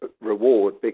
reward